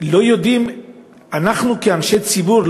כאנשי ציבור,